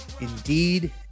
Indeed